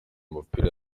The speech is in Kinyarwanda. umupira